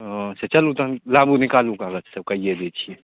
हँ तऽ चलू तऽ लाबू निकालू कागज सब कैये दै छियै